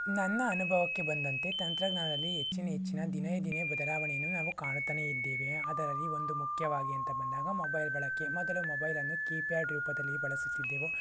ನನ್ನ ಅನುಭವಕ್ಕೆ ಬಂದಂತೆ ತಂತ್ರಜ್ಞಾನದಲ್ಲಿ ಹೆಚ್ಚಿನ ಹೆಚ್ಚಿನ ದಿನೇ ದಿನೇ ಬದಲಾವಣೆಯನ್ನು ನಾವು ಕಾಣುತ್ತಲೇ ಇದ್ದೇವೆ ಅದರಲ್ಲಿ ಒಂದು ಮುಖ್ಯವಾಗಿ ಅಂತ ಬಂದಾಗ ಮೊಬೈಲ್ ಬಳಕೆ ಮೊದಲು ಮೊಬೈಲನ್ನು ಕೀಪ್ಯಾಡ್ ರೂಪದಲ್ಲಿ ಬಳಸುತ್ತಿದ್ದೆವು